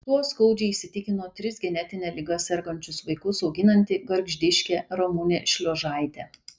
tuo skaudžiai įsitikino tris genetine liga sergančius vaikus auginanti gargždiškė ramunė šliuožaitė